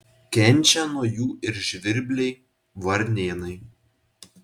kenčia nuo jų ir žvirbliai varnėnai